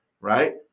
right